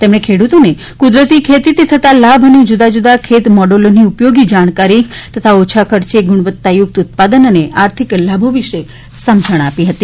તેમણે ખેડૂતોને કુદરતી ખેતીથી થતાં લાભ અને જુદા જુદા ખેત મોડલોની ઉપયોગી જાણકારી તથા ઓછા ખર્ચે ગુણવત્તા યુક્ત ઉત્પાદન અને આર્થિક લાભો વિશે સમજણ આપી હતી